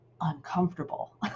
uncomfortable